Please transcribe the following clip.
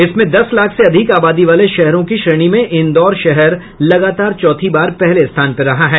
इसमें दस लाख से अधिक आबादी वाले शहरों की श्रेणी में इंदौर शहर लगातार चौथी बार पहले स्थान पर रहा है